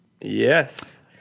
Yes